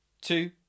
two